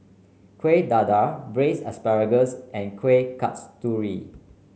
Kueh Dadar Braised Asparagus and Kueh Kasturi